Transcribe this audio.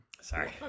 Sorry